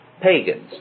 pagans